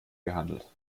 gehandelt